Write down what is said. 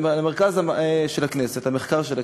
למרכז המחקר של הכנסת,